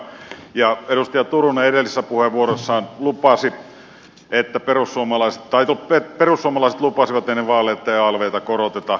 edustaja turunen edellisessä puheenvuorossaan sanoi että perussuomalaiset lupasivat ennen vaaleja ettei alvtä koroteta